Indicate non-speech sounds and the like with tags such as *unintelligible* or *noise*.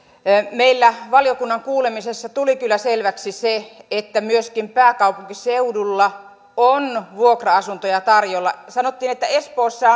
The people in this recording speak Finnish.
meillä valiokunnan kuulemisessa tuli kyllä selväksi se että myöskin pääkaupunkiseudulla on vuokra asuntoja tarjolla sanottiin että espoossa *unintelligible*